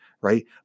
right